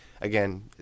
again